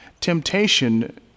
temptation